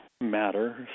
matter